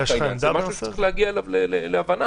זה משהו שצריך להגיע בו להבנה,